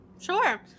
Sure